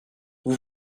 vous